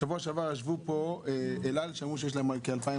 שבוע שעבר ישבו פה אל על שאמרו שיש להם כ-2,000